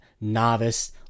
novice